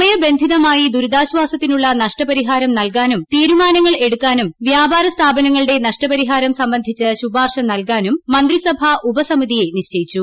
സമയബന്ധിതമായി ദുരിതാശ്വാസത്തിനുള്ള നഷ്ടപരിഹാരം നൽകാനും തീരുമാനങ്ങൾ എടുക്കാനും വ്യാപാര സ്ഥാപനങ്ങളുടെ നഷ്ടപരിഹാരം സംബന്ധിച്ച് ശുപാർശ നൽകാനും മന്ത്രിസഭാ ഉപസമിതിയെ നിശ്ചയിച്ചു